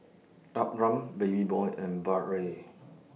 Abram Babyboy and Bradley